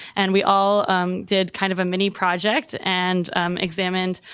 and we all did kind of a mini project and examined